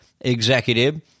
executive